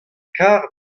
kar